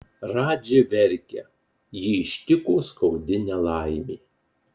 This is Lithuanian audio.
radži verkia jį ištiko skaudi nelaimė